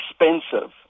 expensive